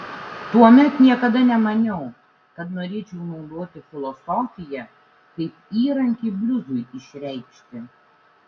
tuomet niekada nemaniau kad norėčiau naudoti filosofiją kaip įrankį bliuzui išreikšti